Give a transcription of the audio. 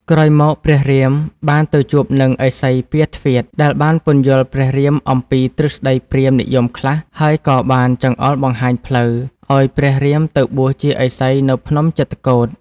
ក្រោយមកព្រះរាម បានទៅជួបនឹងឥសី ពារទ្វាទ្យ ដែលបានពន្យល់ព្រះរាមអំពីទ្រឹស្តីព្រាហ្មណ៍និយមខ្លះ ហើយក៏បានចង្អុលបង្ហាញផ្លូវ ឱ្យព្រះរាម ទៅបួសជាឥសីនៅភ្នំចិត្រកូដ។